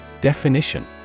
Definition